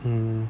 hmm